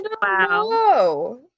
Wow